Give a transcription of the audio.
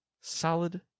solid